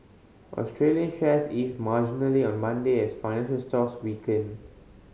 Australian shares eased marginally on Monday as financial stocks weakened